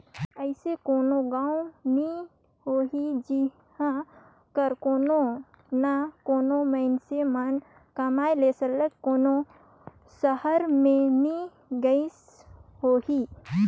अइसे कोनो गाँव नी होही जिहां कर कोनो ना कोनो मइनसे मन कमाए ले सरलग कोनो सहर में नी गइन होहीं